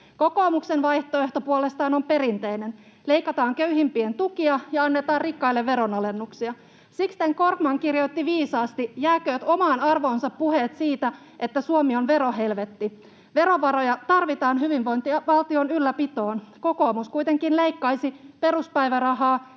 Kokoomuksen vaihtoehto puolestaan on perinteinen: Leikataan köyhimpien tukia ja annetaan rikkaille veronalennuksia. Sixten Korkman kirjoitti viisaasti: ”Jääkööt omaan arvoonsa puheet siitä, että Suomi on verohelvetti.” Verovaroja tarvitaan hyvinvointivaltion ylläpitoon. Kokoomus kuitenkin leikkaisi peruspäivärahaa